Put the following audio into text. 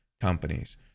companies